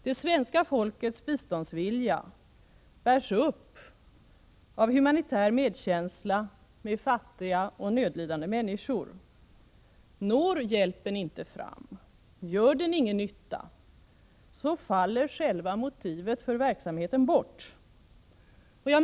Det svenska folkets biståndsvilja bärs upp av humanitär medkänsla med fattiga och nödlidande människor. Når hjälpen inte fram eller gör den ingen nytta, faller själva motivet för verksamheten bort.